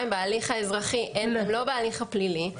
הם בהליך האזרחי הם לא בהליך הפלילי,